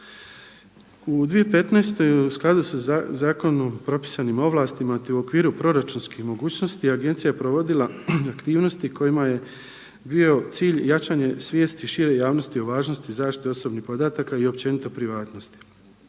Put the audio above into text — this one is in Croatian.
U 2015. u skladu sa zakonom propisanim ovlastima te u okviru proračunskih mogućnosti Agencija je provodila aktivnosti kojima je bio cilj jačanje svijesti šire javnosti o važnosti zaštite osobnih podataka i općenito privatnosti.